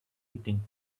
eating